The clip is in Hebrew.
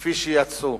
כך יצאו.